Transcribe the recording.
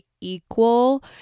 equal